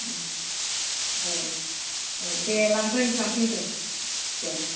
औ औ दे लांफै लांफै दे